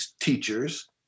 teachers